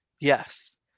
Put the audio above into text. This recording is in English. Yes